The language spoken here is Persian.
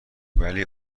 ولی